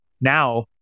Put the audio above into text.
now